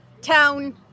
town